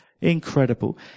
Incredible